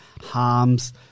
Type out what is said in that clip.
Harms